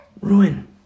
Ruin